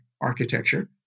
architecture